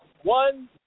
one